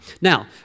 Now